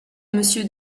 monsieur